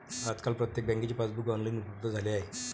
आजकाल प्रत्येक बँकेचे पासबुक ऑनलाइन उपलब्ध झाले आहे